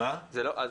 רגע.